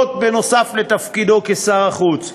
נוסף על תפקידו כשר החוץ,